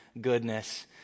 goodness